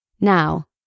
Now